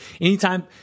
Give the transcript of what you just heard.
Anytime